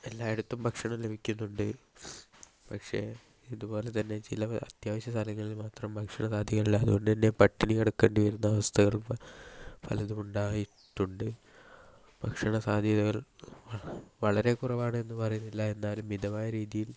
എല്ലായിടത്തും ഭക്ഷണം ലഭിക്കുന്നുണ്ട് പക്ഷെ ഇതുപോലെതന്നെ ചില അത്യാവശ്യ സ്ഥലങ്ങളിൽ മാത്രം ഭക്ഷണം അധികവില്ല അതുകൊണ്ടുതന്നെ പട്ടിണി കിടക്കേണ്ടി വരുന്ന അവസ്ഥകൾ പലതും ഉണ്ടായിട്ടുണ്ട് ഭക്ഷണ സാദ്ധ്യതകൾ വളരെ കുറവാണെന്ന് പറയുന്നില്ല എന്നാലും മിതമായ രീതിയിൽ